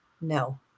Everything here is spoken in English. No